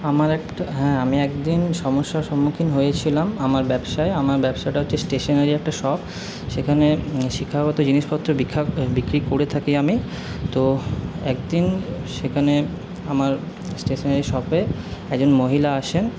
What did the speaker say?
আমার একটা হ্যাঁ আমি একদিন সমস্যার সম্মুখীন হয়েছিলাম আমার ব্যবসায় আমার ব্যবসাটা হচ্ছে স্টেশনারি একটা শপ সেখানে শিক্ষাগত জিনিসপত্র বিক্রি করে থাকি আমি তো একদিন সেখানে আমার স্টেশনারি শপে একজন মহিলা আসেন